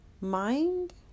mind